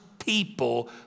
people